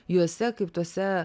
juose kaip tuose